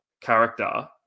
character